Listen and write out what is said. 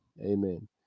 amen